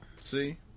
See